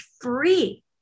free